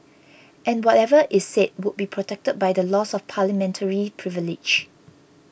and whatever is said would be protected by the laws of Parliamentary privilege